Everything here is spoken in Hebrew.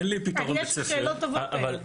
אין לי פתרון בית ספר.